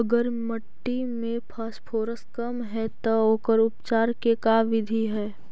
अगर मट्टी में फास्फोरस कम है त ओकर उपचार के का बिधि है?